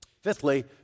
Fifthly